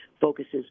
focuses